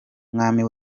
mwami